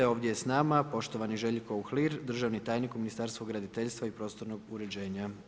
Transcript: Ovdje je sa nama poštovani Željko Uhlir, državni tajnik u Ministarstvu graditeljstva i prostornog uređenja.